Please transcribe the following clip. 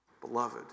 Beloved